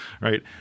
right